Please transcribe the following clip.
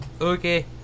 Okay